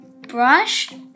Brush